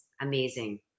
amazing